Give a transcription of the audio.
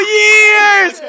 years